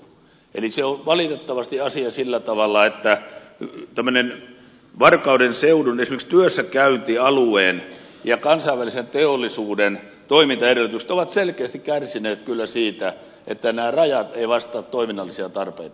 eli asia on valitettavasti sillä tavalla että varkauden seudulla esimerkiksi työssäkäyntialueen ja kansainvälisen teollisuuden toimintaedellytykset ovat selkeästi kärsineet kyllä siitä että nämä rajat eivät vastaa toiminnallisia tarpeita